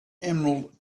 emerald